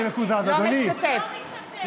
לא משתתף.